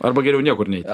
arba geriau niekur neiti